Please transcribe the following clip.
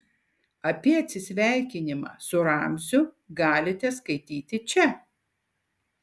apie atsisveikinimą su ramziu galite skaityti čia